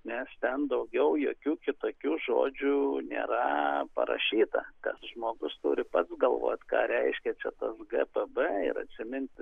nes ten daugiau jokių kitokių žodžių nėra parašyta kad žmogus turi pats galvot ką reiškia čia tas g p b ir atsiminti